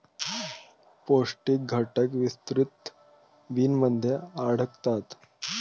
पौष्टिक घटक विस्तृत बिनमध्ये आढळतात